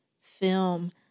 film